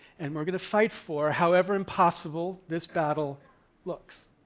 and we're going to fight for, however impossible this battle looks.